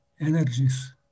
energies